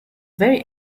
very